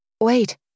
Wait